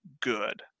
good